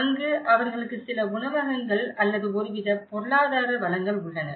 அங்கு அவர்களுக்கு சில உணவகங்கள் அல்லது ஒருவித பொருளாதார வளங்கள் உள்ளன